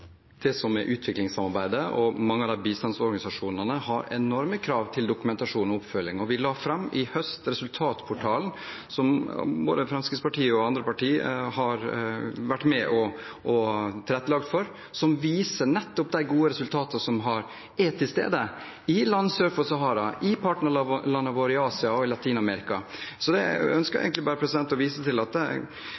det slik at utviklingssamarbeidet og mange av bistandsorganisasjonene har enorme krav til dokumentasjon og oppfølging. Vi la i høst fram resultatportalen, som både Fremskrittspartiet og andre parti har vært med og tilrettelagt for, som viser nettopp de gode resultatene i land sør for Sahara og i partnerlandene våre i Asia og Latin-Amerika. Jeg ønsker egentlig bare å vise til at her er det